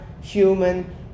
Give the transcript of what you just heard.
human